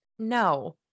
No